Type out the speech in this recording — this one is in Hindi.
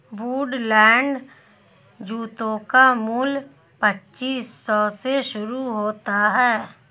वुडलैंड जूतों का मूल्य पच्चीस सौ से शुरू होता है